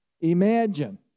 Imagine